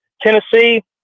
Tennessee